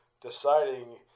deciding